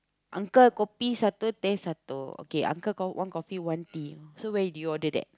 uncle kopi satu teh satu okay uncle co~ one coffee one tea so where you do you order that